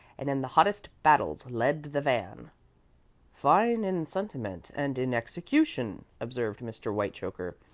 and in the hottest battles led the van fine in sentiment and in execution! observed mr. whitechoker.